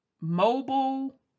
mobile